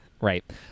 right